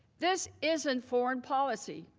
this is in foreign policy.